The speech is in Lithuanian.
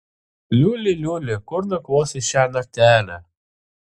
liuli liuli kur nakvosi šią naktelę